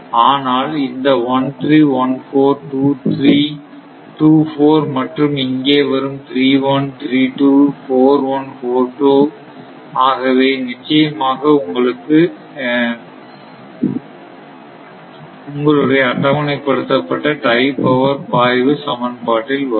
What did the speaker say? ஆனால் இந்த 1 3 1 4 2 3 2 4 மற்றும் இங்கே வரும் 3 1 3 2 4 1 4 2 ஆகவே நிச்சயமாக உங்களுடைய அட்டவணைப்படுத்தப்பட்ட டை லைன் பவர் பாய்வு சமன்பாட்டில் வரும்